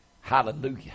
hallelujah